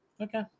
Okay